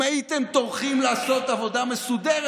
אם הייתם טורחים לעשות עבודה מסודרת,